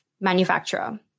manufacturer